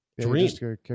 dream